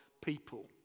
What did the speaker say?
people